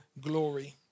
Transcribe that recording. glory